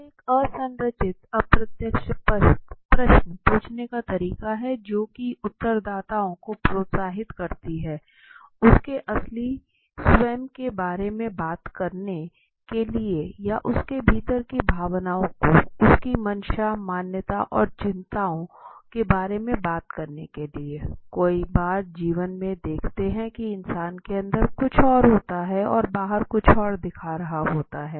यह एक असंरचित अप्रत्यक्ष प्रश्न पूछने का तरीका है जो कि उत्तरदाताओं को प्रोत्साहित करती है उसके असली स्वयं के बारे में बात करने के लिए या उसके भीतर की भावनाओं को उसकी मंशा मान्यताओं और चिंता के बारे में बात करने का कई बार जीवन में देखते हैं कि इंसान के अंदर कुछ और होता है और बाहर कुछ और दिखा रहा होता है